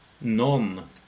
Non